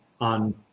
on